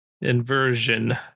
inversion